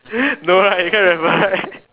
no right you cannot remember right